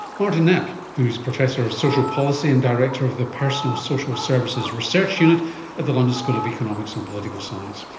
martin knapp, who is professor of social policy, and director of the personal social services research unit at the london school of economics and political science.